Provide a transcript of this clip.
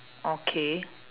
okay